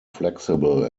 flexible